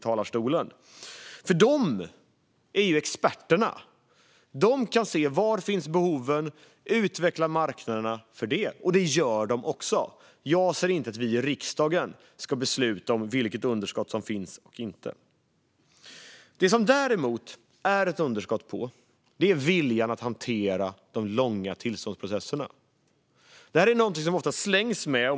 Svenska kraftnät är ju experterna. De kan se var behoven finns och utveckla marknaderna för det. Det gör de också. Jag anser inte att vi i riksdagen ska besluta om vilket underskott som finns och inte. Något som det däremot finns ett underskott på är vilja att hantera de långa tillståndsprocesserna. Detta är något som man ofta slänger sig med.